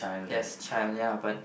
yes child ya but